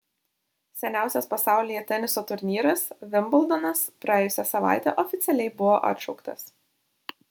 seniausias pasaulyje teniso turnyras vimbldonas praėjusią savaitę oficialiai buvo atšauktas